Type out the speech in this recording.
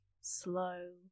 slow